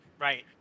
Right